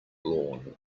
lawn